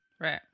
right